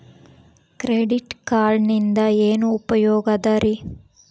Credit ಕಾರ್ಡಿನಿಂದ ಏನು ಉಪಯೋಗದರಿ?